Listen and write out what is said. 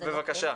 בבקשה.